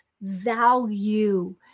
value